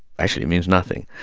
actually, it means nothing.